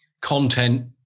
content